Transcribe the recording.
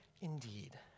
indeed